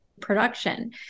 production